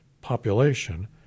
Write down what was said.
population